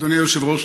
אדוני היושב-ראש,